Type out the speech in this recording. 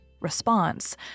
Response